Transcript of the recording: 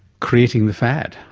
creating the fad.